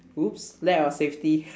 !oops! lack of safety